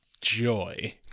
joy